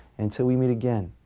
until we meet again,